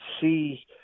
see